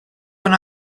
when